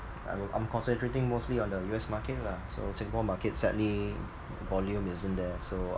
I will I'm concentrating mostly on the U_S market lah so Singapore market sadly volume isn't there so